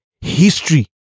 history